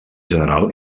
general